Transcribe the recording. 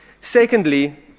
Secondly